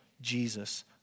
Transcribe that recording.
Jesus